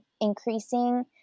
increasing